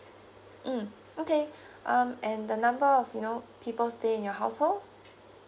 mm okay um and the number of you know people stay in your household